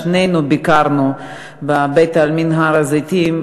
שנינו ביקרנו בבית-העלמין הר-הזיתים.